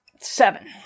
Seven